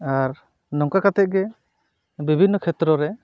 ᱟᱨ ᱱᱚᱝᱠᱟ ᱠᱟᱛᱮᱫ ᱜᱮ ᱵᱤᱵᱷᱤᱱᱱᱚ ᱠᱷᱮᱛᱨᱚ ᱨᱮ